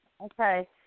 Okay